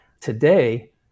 today